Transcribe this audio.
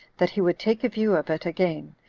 that he would take a view of it again,